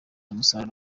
umusaruro